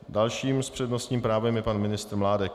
Dalším s přednostním právem je pan ministr Mládek.